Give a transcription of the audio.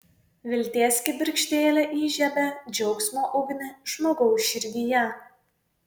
vilties kibirkštėlė įžiebia džiaugsmo ugnį žmogaus širdyje